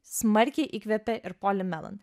smarkiai įkvėpė ir poli melen